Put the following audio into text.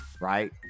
right